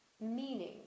meaning